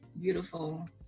Beautiful